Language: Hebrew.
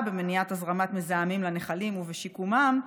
במניעת הזרמת מזהמים לנחלים ובשיקומם,